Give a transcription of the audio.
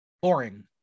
boring